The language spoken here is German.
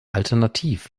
alternativ